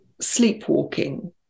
sleepwalking